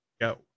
go